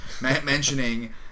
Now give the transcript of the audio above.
mentioning